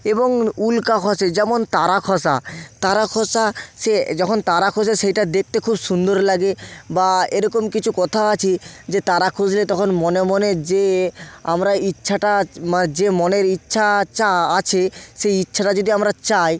এবং উল্কা খসে যেমন তারা খসা তারা খসা সে যখন তারা খসে সেইটা দেখতে খুব সুন্দর লাগে বা এরকম কিছু কথা আছে যে তারা খসলে তখন মনে মনে যে আমরা ইচ্ছাটা মানে যে মনের ইচ্ছা ইচ্ছা আছে সেই ইচ্ছাটা যদি আমরা চাই